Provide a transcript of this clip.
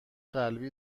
قلبی